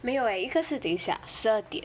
没有 eh 一个是等一下十二点